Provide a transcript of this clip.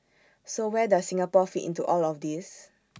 so where does Singapore fit into all this